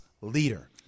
leader